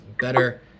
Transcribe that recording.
better